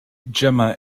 jemma